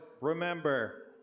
remember